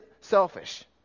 selfish